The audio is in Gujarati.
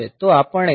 તો આપણે શું કરીએ